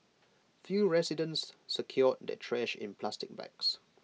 few residents secured their trash in plastic bags